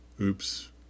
Oops